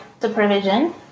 supervision